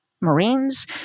Marines